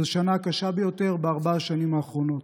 וזו השנה הקשה ביותר בארבע השנים האחרונות.